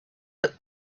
that